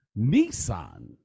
Nissan